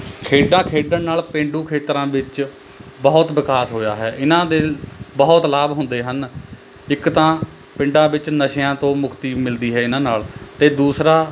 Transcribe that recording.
ਖੇਡਾਂ ਖੇਡਣ ਨਾਲ ਪੇਂਡੂ ਖੇਤਰਾਂ ਵਿੱਚ ਬਹੁਤ ਵਿਕਾਸ ਹੋਇਆ ਹੈ ਇਨ੍ਹਾਂ ਦੇ ਬਹੁਤ ਲਾਭ ਹੁੰਦੇ ਹਨ ਇੱਕ ਤਾਂ ਪਿੰਡਾਂ ਵਿੱਚ ਨਸ਼ਿਆਂ ਤੋਂ ਮੁਕਤੀ ਮਿਲਦੀ ਹੈ ਇਨ੍ਹਾਂ ਨਾਲ ਅਤੇ ਦੂਸਰਾ